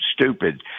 stupid